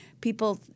People